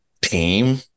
team